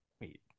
Wait